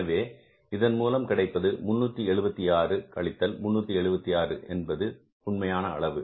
எனவே இதன் மூலம் கிடைப்பது 376 கழித்தல் 376 என்பது உண்மையான அளவு